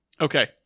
okay